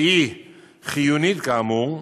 שהיא חיונית, כאמור,